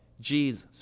Jesus